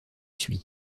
suit